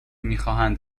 میخواهند